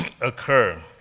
occur